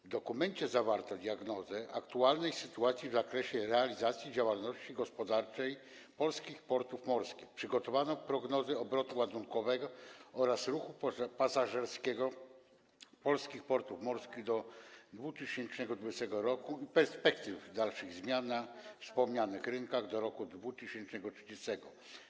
W dokumencie zawarto diagnozę aktualnej sytuacji w zakresie realizacji działalności gospodarczej polskich portów morskich i przygotowano prognozy obrotu ładunkowego oraz ruchu pasażerskiego polskich portów morskich do 2020 r. i perspektywy dalszych zmian na wspomnianych rynkach do roku 2030.